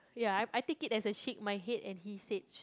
ya I I take as a shake my head and he said